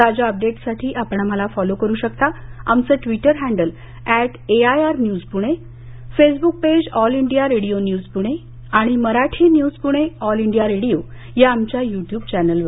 ताज्या अपडेट्ससाठी आपण आम्हाला फॉलो करु शकता आमचं Twitter handle at AIR news Pune Facebook page All India Radio news Pune आणि Marathi news Pune All India Radio या आमच्या युट्युब चॅनेलवर